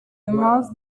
most